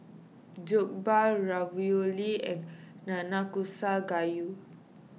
Jokbal Ravioli and Nanakusa Gayu